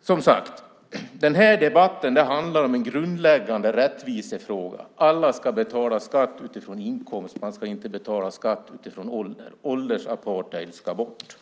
Debatten handlar, som sagt, om en grundläggande rättvisefråga. Alla ska betala skatt utifrån inkomst. Man ska inte betala skatt utifrån ålder. Åldersapartheiden ska bort.